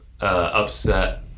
Upset